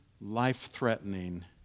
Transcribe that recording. life-threatening